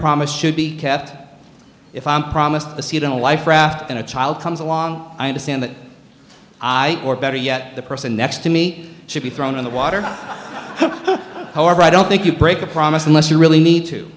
promise should be kept if i'm promised a seat in a life raft in a child comes along i understand that i or better yet the person next to me should be thrown in the water however i don't think you break a promise unless you really need to